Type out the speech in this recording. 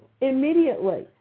immediately